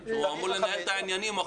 החוק הזה אמור לנהל את העניינים.